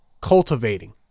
cultivating